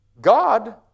God